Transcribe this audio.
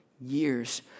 years